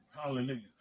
hallelujah